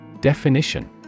Definition